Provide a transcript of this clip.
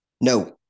No